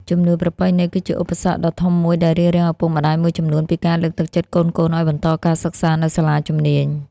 ជំនឿប្រពៃណី គឺជាឧបសគ្គដ៏ធំមួយដែលរារាំងឪពុកម្តាយមួយចំនួនពីការលើកទឹកចិត្តកូនៗឱ្យបន្តការសិក្សានៅសាលាជំនាញ។